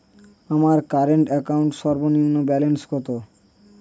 আমার current account সর্বনিম্ন balance কত?